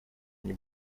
они